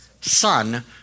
Son